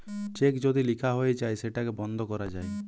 check যদি লিখা হয়ে যায় সেটাকে বন্ধ করা যায়